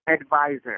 advisor